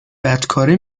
بدکاره